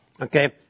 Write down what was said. Okay